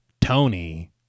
Tony